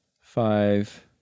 five